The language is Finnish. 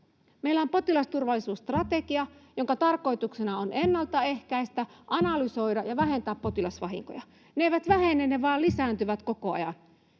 Meillä on potilasturvallisuusstrategia, jonka tarkoituksena on ennaltaehkäistä, analysoida ja vähentää potilasvahinkoja. Ne eivät vähene, vaan ne vain lisääntyvät koko ajan.